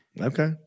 Okay